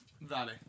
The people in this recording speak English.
Vale